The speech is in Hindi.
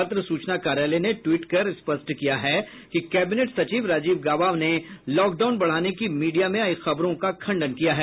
पत्र सूचना कार्यालय ने ट्वीट कर स्पष्ट किया कि कैबिनेट सचिव राजीव गॉबा ने लॉकडाउन बढाने की मीडिया में आई खबरों का खंडन किया है